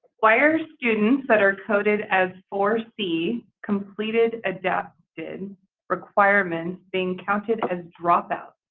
why are students that are coded as four c completed adapted requirements being counted as dropouts,